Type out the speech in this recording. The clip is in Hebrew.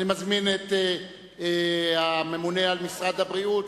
אני מזמין את הממונה על משרד הבריאות,